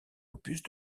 opus